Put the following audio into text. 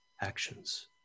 actions